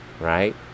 right